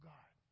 God